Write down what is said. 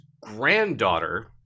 granddaughter